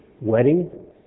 wedding